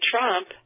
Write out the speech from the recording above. Trump